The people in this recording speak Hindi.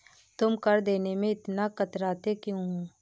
तुम कर देने में इतना कतराते क्यूँ हो?